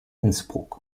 innsbruck